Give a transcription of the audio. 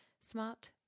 Smart